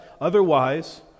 Otherwise